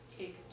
take